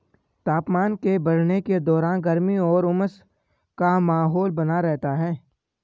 तापमान के बढ़ने के दौरान गर्मी और उमस का माहौल बना रहता है